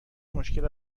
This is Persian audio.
مشکل